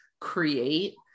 create